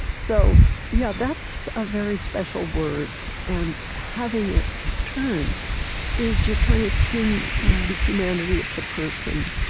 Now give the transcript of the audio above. so yeah that's a very special word. and having it returned is, you're kind of seeing the humanity of the person